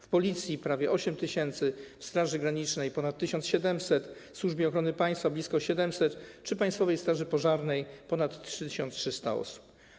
W Policji to prawie 8 tys., w Straży Granicznej - ponad 1700, w Służbie Ochrony Państwa - blisko 700, a w Państwowej Straży Pożarnej - ponad 3300 osób.